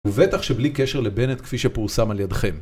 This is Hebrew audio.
ובטח שבלי קשר לבנט, כפי שפורסם על ידכם